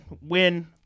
win